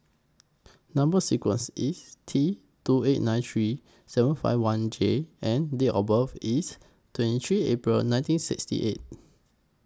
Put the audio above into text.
Number sequence IS T two eight nine three seven five one J and Date of birth IS twenty three April nineteen sixty eight